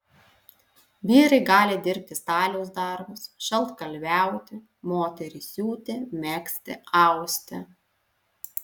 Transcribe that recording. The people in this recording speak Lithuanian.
vyrai gali dirbti staliaus darbus šaltkalviauti moterys siūti megzti austi